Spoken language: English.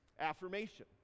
affirmation